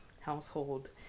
household